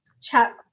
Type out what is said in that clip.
chat